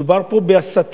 מדובר פה בהסתה